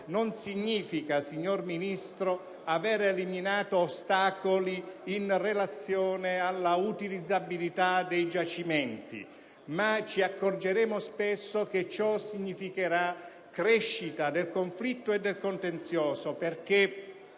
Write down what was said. non significa, signor Ministro, aver eliminato ostacoli in relazione alla utilizzabilità dei giacimenti: ci accorgeremo che ciò significherà spesso crescita del conflitto e del contenzioso.